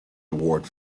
award